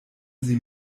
sie